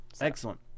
excellent